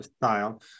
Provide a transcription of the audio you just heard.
style